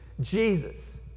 Jesus